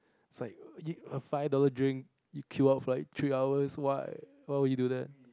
it's like a five dollars drink you queue up for like three hours why why would you do that